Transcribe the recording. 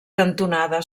cantonada